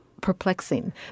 perplexing